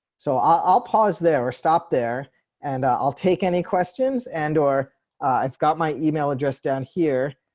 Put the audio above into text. so i'll pause there or stop there and i'll take any questions and or i've got my email address, down here,